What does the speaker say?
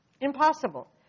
Impossible